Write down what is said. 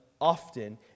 often